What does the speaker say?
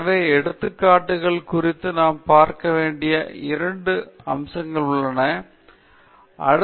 எனவே எடுத்துக்காட்டுகள் குறித்து நாம் பார்க்க வேண்டிய இரண்டு முக்கிய அம்சங்கள் உள்ளன முதலாவது சரியான உதாரணத்தின் சரியான வகையை தேர்வுசெய்கிறது